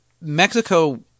Mexico